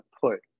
put